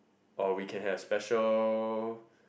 or we can have special